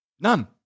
None